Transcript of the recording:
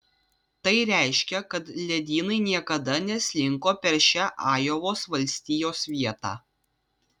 tai reiškia kad ledynai niekada neslinko per šią ajovos valstijos vietą